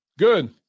Good